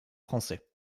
français